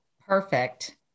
perfect